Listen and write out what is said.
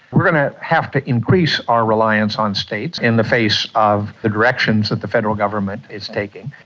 we are going to have to increase our reliance on states in the face of the directions that the federal government is taking.